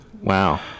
Wow